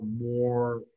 more